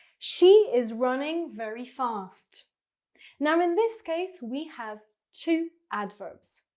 she is running very fast now in this case, we have two adverbs.